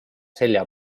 selja